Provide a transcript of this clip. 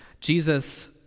Jesus